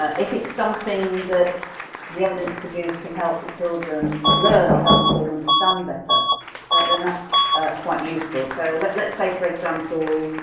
ah if it's something that's the evidence produce can help the children learn, or help the children understand better then that's quite useful. so like let's say for example,